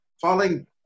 falling